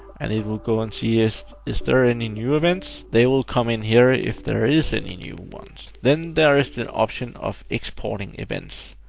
and it will go and see, is is there any new events? they will come in here if there is any new ones. then there is the option of exporting events,